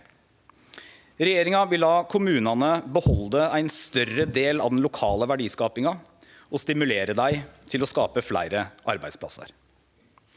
Regjeringa vil la kommunane behalde ein større del av den lokale verdiskapinga og stimulere dei til å skape fleire arbeidsplassar.